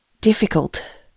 difficult